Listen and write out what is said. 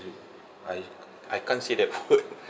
I I can't say that word